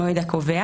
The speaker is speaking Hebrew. המועד הקובע),